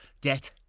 get